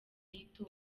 y’itora